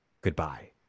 Goodbye